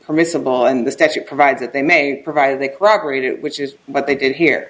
permissible and the statute provides that they may provide the corroborated which is what they did here